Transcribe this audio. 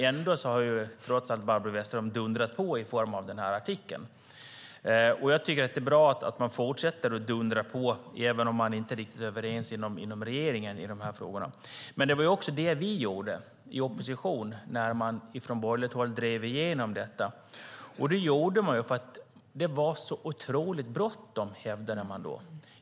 Trots allt har Barbro Westerholm dundrat på i form av artikeln. Jag tycker att det är bra om man fortsätter att dundra på även om man inte är riktigt överens inom regeringen i de här frågorna. Det var också det vi gjorde i opposition när man från borgerligt håll drev igenom detta. Det gjorde man därför att det var så otroligt bråttom, hävdade man då.